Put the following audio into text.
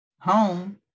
home